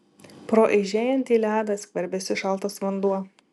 pro aižėjantį ledą skverbėsi šaltas vanduo